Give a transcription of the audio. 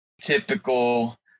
typical